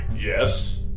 Yes